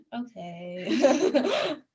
okay